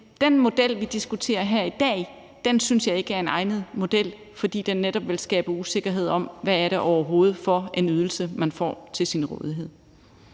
den model, vi diskuterer her i dag, synes jeg ikke er en egnet model, fordi den netop vil skabe usikkerhed om, hvad det overhovedet er for en ydelse, man vil få til rådighed.